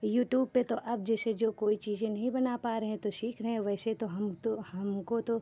YouTube पे तो अब जैसे जो कोई चीज़ें नहीं बना पा रहे हैं तो सीख रहे हैं वैसे तो हम तो हमको तो